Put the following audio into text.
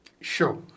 Sure